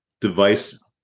device